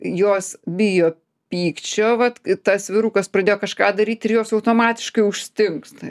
jos bijo pykčio vat tas vyrukas pradėjo kažką daryt ir jos automatiškai užstingsta